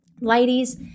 Ladies